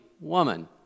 woman